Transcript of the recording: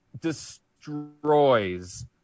destroys